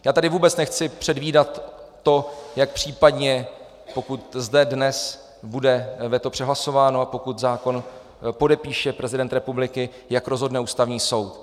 Já tady vůbec nechci předvídat to, jak případně, pokud zde dnes bude veto přehlasováno a pokud zákon podepíše prezident republiky, rozhodne Ústavní soud.